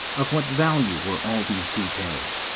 of what value were all these details?